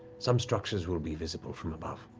some structures will be visible from above.